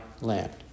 land